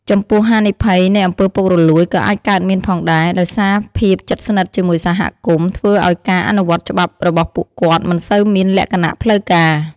ចំពោះហានិភ័យនៃអំពើពុករលួយក៏អាចកើតមានផងដែរ ដោយសារភាពជិតស្និទ្ធជាមួយសហគមន៍ ធ្វើឲ្យការអនុវត្តច្បាប់របស់ពួកគាត់មិនសូវមានលក្ខណៈផ្លូវការ។